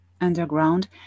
underground